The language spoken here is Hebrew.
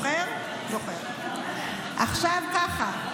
לא אכפת לכם מביטחון המדינה,